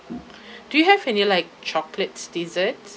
do you have any like chocolates desserts